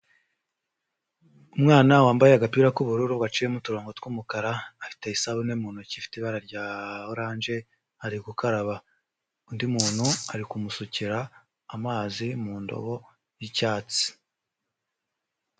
Umwana wambaye agapira k'ubururu baciyemo turongo tw'umukara, afite isabune mu ntoki ifite ibara rya oranje ari gukaraba, undi muntu ari kumusukira amazi mu ndobo y'icyatsi.